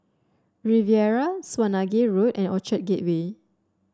Riviera Swanage Road and Orchard Gateway